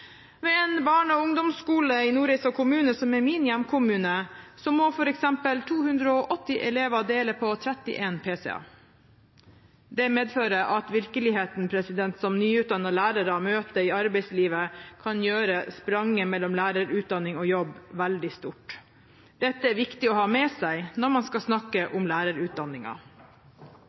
Ved en barne- og ungdomsskole i Nordreisa kommune, som er min hjemkommune, må f.eks. 280 elever dele på 31 pc-er. Det medfører at virkeligheten som nyutdannede lærere møter i arbeidslivet, kan gjøre spranget mellom lærerutdanning og jobb veldig stort. Dette er viktig å ha med seg når man skal snakke